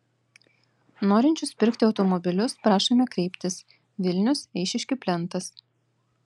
norinčius pirkti automobilius prašome kreiptis vilnius eišiškių plentas